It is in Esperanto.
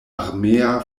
armea